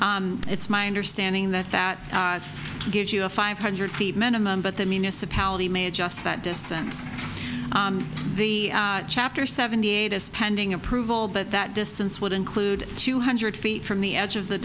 decision it's my understanding that that gives you a five hundred feet minimum but the municipality may just that distance the chapter seventy eight as pending approval but that distance would include two hundred feet from the edge of